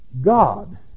God